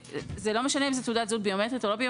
זה לא משנה אם זו תעודת זהות ביומטרית או לא.